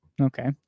Okay